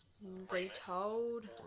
retold